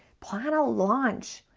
plan a launch.